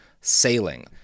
sailing